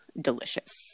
delicious